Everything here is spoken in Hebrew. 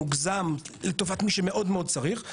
מוגזם לטובת מי שמאוד צריך,